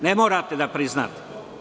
Ne morate da priznate.